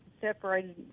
separated